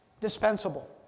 dispensable